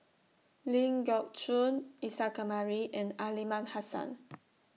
Ling Geok Choon Isa Kamari and Aliman Hassan